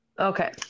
Okay